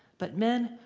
but men,